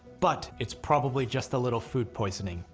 but it's probably just a little food poisoning,